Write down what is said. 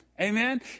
amen